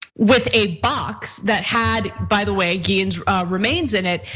with a box that had, by the way, guillen's remains in it.